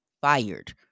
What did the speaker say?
fired